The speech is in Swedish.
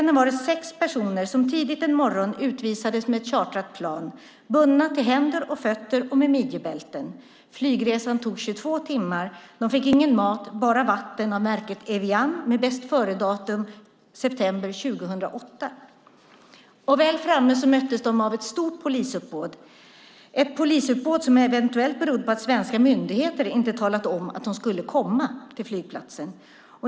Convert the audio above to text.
Det var sex personer som tidigt en morgon, bundna till händer och fötter och med midjebälten, utvisades med ett chartrat plan. Flygresan tog 22 timmar. De fick ingen mat, bara vatten av märket Evian med bästföredatum september 2008. Väl framme möttes de av ett stort polisuppbåd. Polisuppbådet berodde eventuellt på att svenska myndigheter inte hade talat om att de skulle komma till flygplatsen.